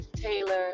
Taylor